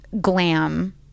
glam